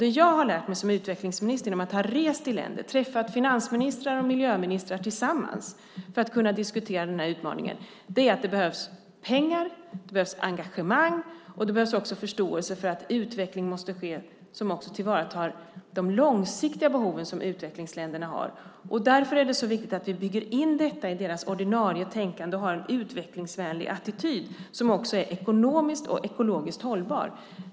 Det jag har lärt mig som utvecklingsminister, genom att ha rest i länder och träffat finansministrar och miljöministrar tillsammans för att diskutera den här utmaningen, är att det behövs pengar, det behövs engagemang och det behövs också förståelse för att en utveckling måste ske som också tillvaratar de långsiktiga behov som utvecklingsländerna har. Därför är det så viktigt att vi bygger in detta i deras ordinarie tänkande och har en utvecklingsvänlig attityd som också är ekonomiskt och ekologiskt hållbar.